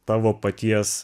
tavo paties